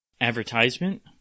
Advertisement